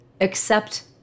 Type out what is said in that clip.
accept